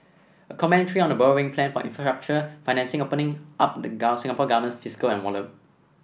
a commentary on the borrowing plan for infrastructure financing opening up the Singapore Government's fiscal envelope